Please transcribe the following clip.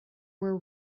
were